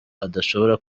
adashobora